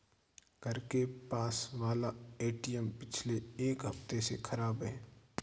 घर के पास वाला एटीएम पिछले एक हफ्ते से खराब है